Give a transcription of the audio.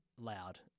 loud